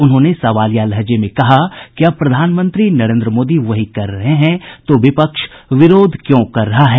उन्होंने सवालिया लहजे में कहा कि अब प्रधानमंत्री नरेन्द्र मोदी वही कर रहे हैं तो विपक्ष विरोध क्यों कर रहा है